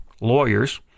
lawyers